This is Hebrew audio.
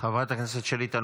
חברת הכנסת שלי טל